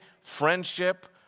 friendship